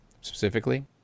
specifically